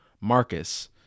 Marcus